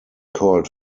called